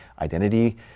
identity